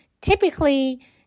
typically